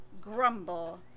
grumble